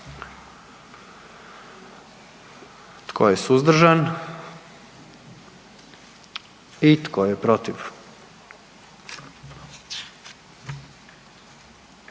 Tko je suzdržan? I tko je protiv?